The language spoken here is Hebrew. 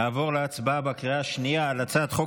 נעבור להצבעה בקריאה השנייה על הצעת חוק